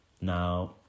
Now